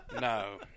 no